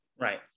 Right